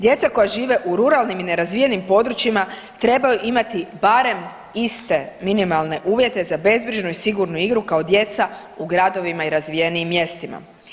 Djeca koja žive u ruralnim i nerazvijenim područjima traju imati barem iste minimalne uvjete za bezbrižnu i sigurnu igru kao djeca u gradovima i razvijenijim mjestima.